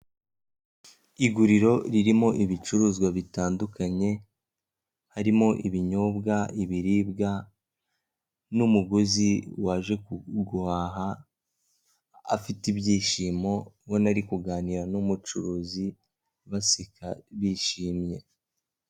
IIguriro ririmo ibicuruzwa bitandukanye harimo ibinyobwa, ibiribwa, n'umuguzi waje guhaha afite ibyishimo ubona ko ari kuganira n'umucuruzi baseka bishimye.